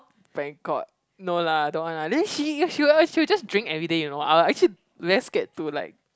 bangkok no lah don't want lah then she she will she will just drink everyday you know I will I actually very scared to like